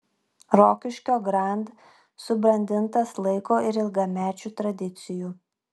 rokiškio grand subrandintas laiko ir ilgamečių tradicijų